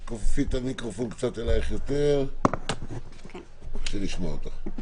תכופפי את המיקרופון קצת יותר אלייך כדי שיהיה אפשר לשמוע אותך.